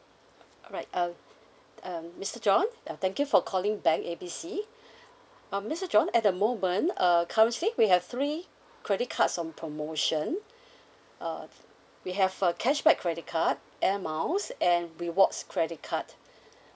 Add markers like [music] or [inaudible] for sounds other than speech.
right uh um mister john uh thank you for calling bank A B C [breath] uh mister john at the moment uh currently we have three credit cards on promotion [breath] uh we have a cashback credit card air miles and rewards credit card [breath]